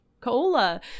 cola